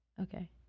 Okay